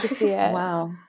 Wow